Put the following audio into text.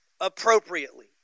appropriately